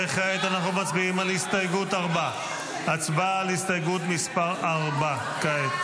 כעת אנחנו מצביעים על הסתייגות 4. הצבעה על הסתייגות מס' 4 כעת.